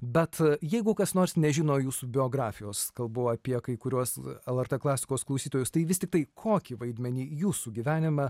bet jeigu kas nors nežino jūsų biografijos kalbu apie kai kuriuos lrt klasikos klausytojus tai vis tiktai kokį vaidmenį jūsų gyvenime